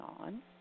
on